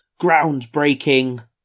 groundbreaking